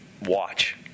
watch